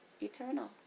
eternal